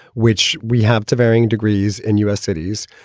which we have to varying degrees in u s. cities.